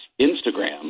Instagram